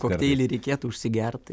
kokteilį reikėtų užsigert tai